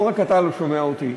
לא רק אתה לא שומע אותי,